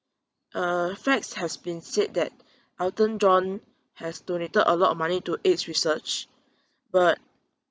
uh facts has been said that elton john has donated a lot of money to AIDS research but